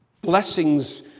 Blessings